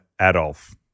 Adolf